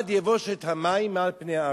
עד יבושת המים מעל פני הארץ.